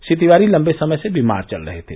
श्री तिवारी लम्बे समय से बीमार चल रहे थे